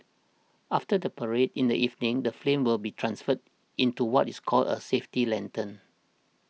after the parade in the evening the flame will be transferred into what is called a safety lantern